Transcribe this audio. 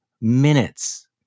minutes